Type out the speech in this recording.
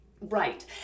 Right